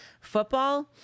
Football